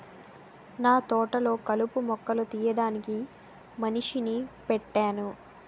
నాతోటలొ కలుపు మొక్కలు తీయడానికి మనిషిని పెట్టేను